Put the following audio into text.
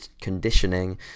conditioning